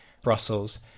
Brussels